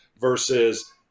versus